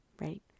right